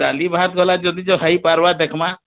ଡାଲି ଭାତ ଗଲା ଯଦି ଯ ହେଇପାରବା ଦେଖମାଁ